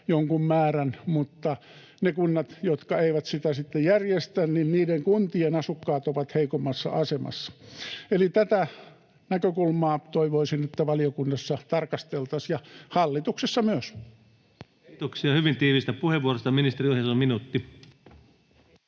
jonkun määrän, mutta niissä kunnissa, jotka eivät sitä sitten järjestä, asukkaat ovat heikommassa asemassa. Eli toivoisin, että tätä näkökulmaa valiokunnassa tarkasteltaisiin ja hallituksessa myös. Kiitoksia hyvin tiiviistä puheenvuorosta. — Ministeri Ohisalo, minuutti.